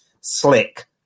slick